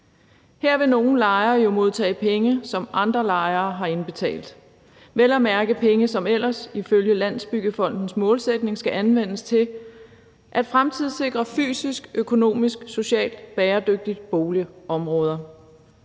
Her vil nogle lejere jo modtage penge, som andre lejere har indbetalt, vel at mærke penge, som ellers ifølge Landsbyggefondens målsætning skal anvendes til at fremtidssikre fysisk, økonomisk og socialt bæredygtige boligområder.